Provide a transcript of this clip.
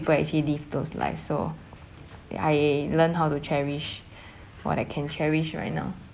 actually live those life so I learn how to cherish what I can cherish right now